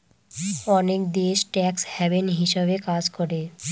অনেক দেশ tax haven হিসাবে কাজ করে